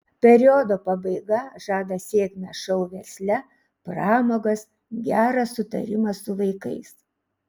periodo pabaiga žada sėkmę šou versle pramogas gerą sutarimą su vaikais